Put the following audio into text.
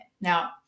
Now